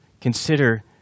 consider